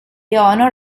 honor